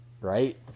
Right